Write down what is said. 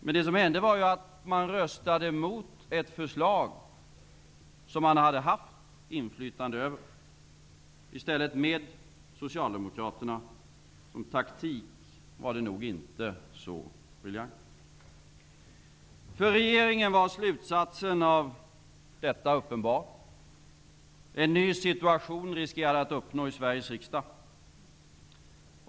Men det som hände var att Ny demokrati röstade mot ett förslag som man haft inflytande över. Nu röstade man i stället med Socialdemokraterna. Som taktik var det nog inte så briljant. För regeringen var slutsatsen av detta agerande uppenbar. En ny situation riskerar att uppstå i Sveriges riksdag.